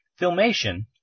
Filmation